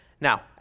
Now